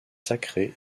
sacrées